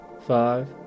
Five